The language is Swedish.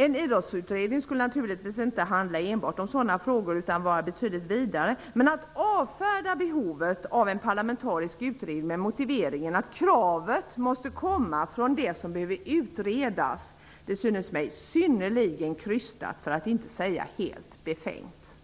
En idrottsutredning skulle naturligtvis inte enbart handla om sådana frågor utan vara betydligt vidare. Att avfärda behovet av en parlamentarisk utredning med motiveringen att kravet måste komma från dem som behöver utredas synes mig synnerligen krystat, för att inte säga helt befängt.